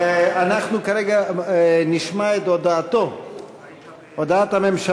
אנחנו נשמע את הודעת הממשלה,